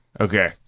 Okay